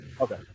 Okay